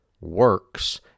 works